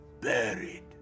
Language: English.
buried